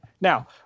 Now